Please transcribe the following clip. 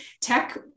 tech